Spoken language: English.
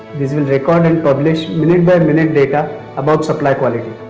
these will record and publish minute-by-minute data about supply quality.